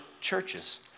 churches